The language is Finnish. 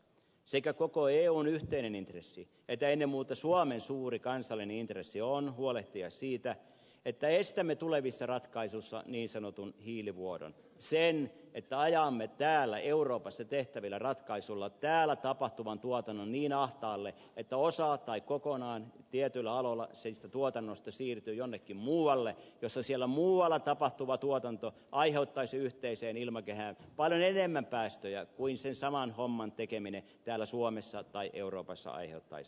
sekä koko eun yhteinen intressi että ennen muuta suomen suuri kansallinen intressi on huolehtia siitä että estämme tulevissa ratkaisuissa niin sanotun hiilivuodon sen että ajamme täällä euroopassa tehtävillä ratkaisuilla täällä tapahtuvan tuotannon niin ahtaalle että tietyillä aloilla osa tai kaikki siitä tuotannosta siirtyy jonnekin muualle jossa se siellä muualla tapahtuva tuotanto aiheuttaisi yhteiseen ilmakehään paljon enemmän päästöjä kuin sen saman homman tekeminen täällä suomessa tai euroopassa aiheuttaisi